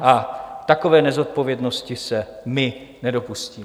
A takové nezodpovědnosti se my nedopustíme.